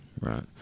right